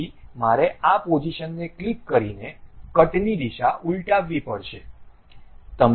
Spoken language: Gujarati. તેથી મારે આ પોઝિશનને ક્લિક કરીને કટની દિશા ઉલટાવી પડશે